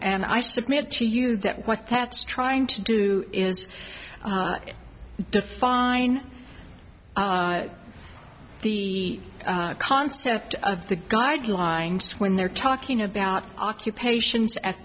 and i submit to you that what that's trying to do is define the concept of the guidelines when they're talking about occupations at